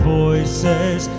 voices